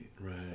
right